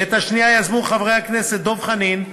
ואת השנייה יזמו חברי הכנסת דב חנין,